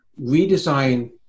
redesign